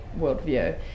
worldview